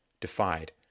defied